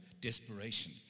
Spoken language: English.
desperation